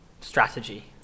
strategy